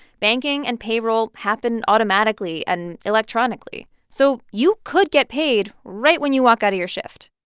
banking and payroll happen automatically and electronically. so you could get paid right when you walk out of your shift.